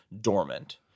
dormant